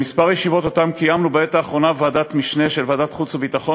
בכמה ישיבות שקיימנו בעת האחרונה בוועדת משנה של ועדת החוץ והביטחון